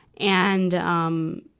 and, um,